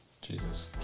Jesus